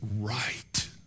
right